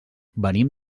venim